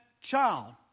child